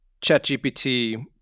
ChatGPT